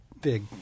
big